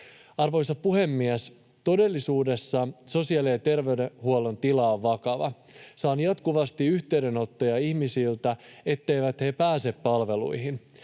Arvoisa puhemies! Todellisuudessa sosiaali- ja terveydenhuollon tila on vakava. Saan jatkuvasti yhteydenottoja ihmisiltä, etteivät he pääse palveluihin.